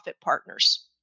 partners